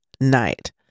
night